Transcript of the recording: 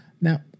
Now